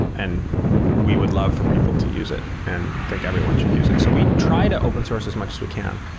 and we would love for people to use it and think everyone should use it. so we tried to open source as much we can.